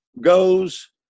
goes